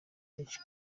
kenshi